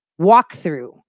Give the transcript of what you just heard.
walkthrough